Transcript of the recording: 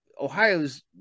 Ohio's